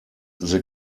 the